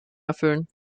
erfüllen